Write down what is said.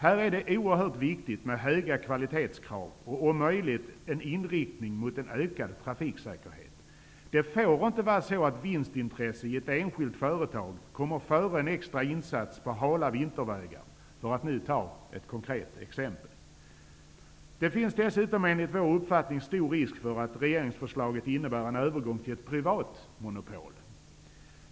Här är det oerhört viktigt med höga kvalitetskrav och, om möjligt med en inriktning mot en ökad trafiksäkerhet. Det får inte vara så att vinstintresset i ett enskilt företag kommer före en extra insats på hala vintervägar -- för att nu ta ett konkret exempel. Det finns dessutom enligt vår uppfattning en stor risk för att regeringsförslaget innebär en övergång till ett privat monopol.